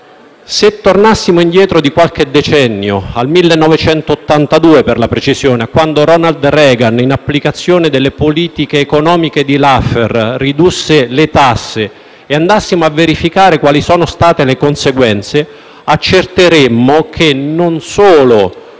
Se tornassimo indietro di qualche decennio, al 1982, per la precisione, a quando Ronald Reagan, in applicazione delle politiche economiche di Laffer, ridusse le tasse, e andassimo a verificare quali sono state le conseguenze, accerteremmo che non solo